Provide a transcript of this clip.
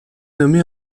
nommée